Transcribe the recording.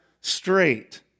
straight